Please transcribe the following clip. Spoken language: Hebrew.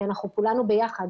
כי אנחנו כולנו ביחד,